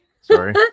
sorry